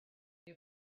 will